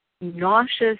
nauseous